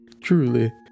Truly